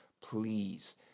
Please